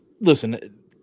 Listen